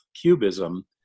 cubism